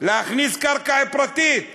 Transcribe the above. להכניס קרקע פרטית.